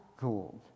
gold